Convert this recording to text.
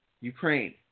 Ukraine